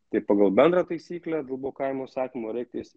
tai pagal bendrą taisyklę dėl blokavimo įsakymo reikės